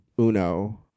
Uno